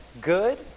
good